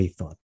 Thought